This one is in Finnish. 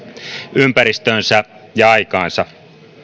ympäristöönsä ja aikaansa